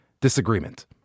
disagreement